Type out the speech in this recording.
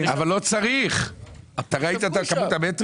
אבל אני חושב שהיא ממחישה את הבעיה